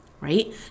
Right